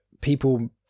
people